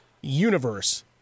universe